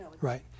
Right